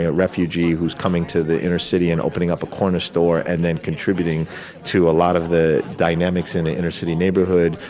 refugee who's coming to the inner city and opening up a corner store and then contributing to a lot of the dynamics in the inner-city neighborhood,